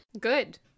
Good